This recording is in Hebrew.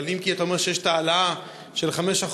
אם כי אתה אומר שיש ההעלאה של 5%,